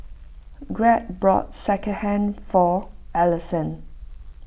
Greg bought Sekihan for Allisson